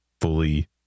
fully